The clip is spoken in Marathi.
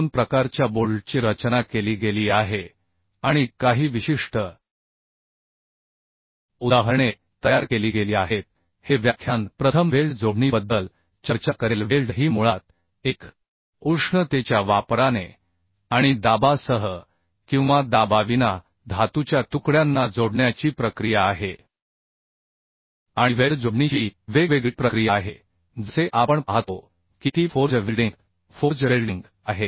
दोन प्रकारच्या बोल्टची रचना केली गेली आहे आणि काही विशिष्ट उदाहरणे तयार केली गेली आहेत हे व्याख्यान प्रथम वेल्ड जोडणीबद्दल चर्चा करेल वेल्ड ही मुळात एक उष्णतेच्या वापराने आणि दाबासह किंवा दाबाविना धातूच्या तुकड्यांना जोडण्या ची प्रक्रिया आहे आणि वेल्ड जोडणीची वेगवेगळी प्रक्रिया आहे जसे आपण पाहतो की ती फोर्ज वेल्डिंग आहे